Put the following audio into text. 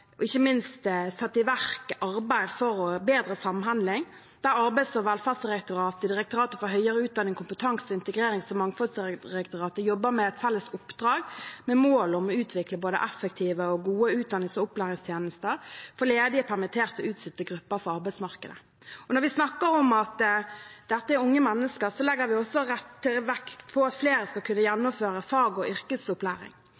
ikke minst satt i verk arbeid for bedre samhandling, der Arbeids- og velferdsdirektoratet, Direktoratet for høyere utdanning og kompetanse og Integrerings- og mangfoldsdirektoratet jobber med et felles oppdrag, med mål om å utvikle både effektive og gode utdannings- og opplæringstjenester for ledige, permitterte og utsatte grupper på arbeidsmarkedet. Når vi snakker om at dette er unge mennesker, legger vi også vekt på at flere skal kunne